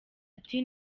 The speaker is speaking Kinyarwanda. ati